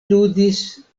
ludis